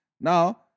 Now